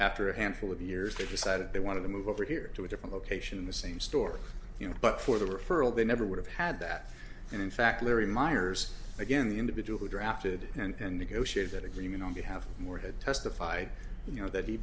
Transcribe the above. after a handful of years they decided they wanted to move over here to a different location in the same store you know but for the referral they never would have had that and in fact larry myers again the individual who drafted and negotiated agreement on behalf of morehead testified you know that he